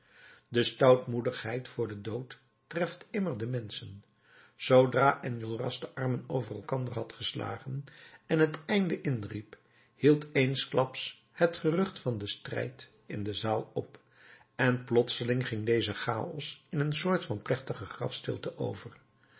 de stoutmoedigheid voor den dood treft immer de menschen zoodra enjolras de armen over elkander had geslagen en het einde inriep hield eensklaps het gerucht van den strijd in de zaal op en plotseling ging deze chaos in een soort van plechtige grafstilte over